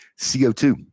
CO2